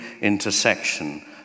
intersection